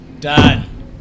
Done